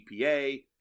EPA